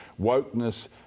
wokeness